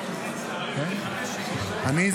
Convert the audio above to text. אני,